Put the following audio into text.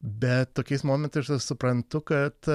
bet tokiais momentais aš tada suprantu kad